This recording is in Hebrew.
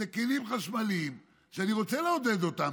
אלה כלים חשמליים שאני רוצה לעודד אותם,